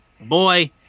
boy